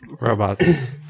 robots